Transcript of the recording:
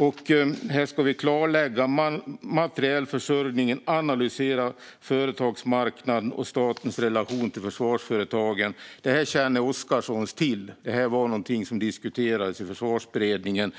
Vi ska klarlägga materielförsörjningen, analysera försvarsmarknaden och utveckla statens relation till försvarsföretagen. Detta känner Oscarsson till; det diskuterades i Försvarsberedningen.